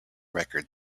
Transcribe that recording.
record